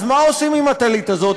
אז מה עושים עם הטלית הזאת?